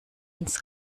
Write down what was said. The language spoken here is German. ins